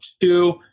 two